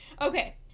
Okay